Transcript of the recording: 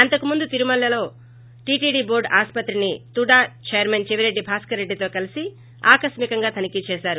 అంతకుముందు తిరుపతిలో టిటిడి టోర్గ్ ఆస్పత్రిని తుడా చైర్మన్ చెవిరెడ్డి భాస్కర్రెడ్డితో కలిసి ఆకస్మికంగా తనిఖీ చేశారు